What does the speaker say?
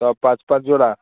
सब पाँच पाँच जोड़ा